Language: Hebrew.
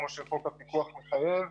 כמו שחוק הפיקוח מחייב.